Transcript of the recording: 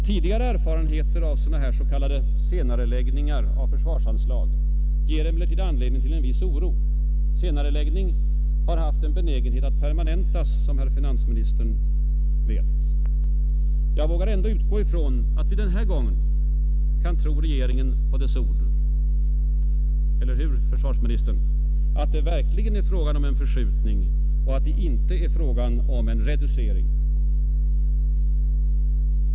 Tidigare erfarenheter av sådana här s.k. senareläggningar av försvarsanslag ger emellertid anledning till en viss oro; senareläggning har haft en benägenhet att permanentas som herr finansministern vet. Jag vågar ändå utgå ifrån att vi den här gången kan tro regeringen på dess ord — eller hur, herr försvarsminister? — att det verkligen är fråga om en förskjutning och att det inte är fråga om en reducering.